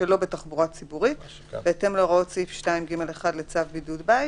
שלא בתחבורה ציבורית בהתאם להוראות סעיף 2(ג1) לצו בידוד בית.